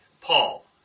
Paul